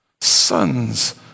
Sons